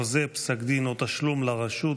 (חוזה, פסק דין או תשלום לרשות),